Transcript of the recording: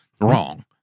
wrong